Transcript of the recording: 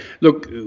Look